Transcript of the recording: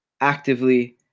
actively